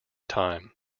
time